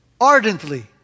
ardently